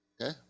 okay